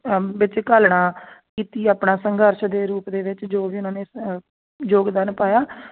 ਵਿੱਚ ਘਾਲਣਾ ਕੀਤੀ ਆਪਣਾ ਸੰਘਰਸ਼ ਦੇ ਰੂਪ ਦੇ ਵਿੱਚ ਜੋ ਵੀ ਉਹਨਾਂ ਨੇ ਯੋਗਦਾਨ ਪਾਇਆ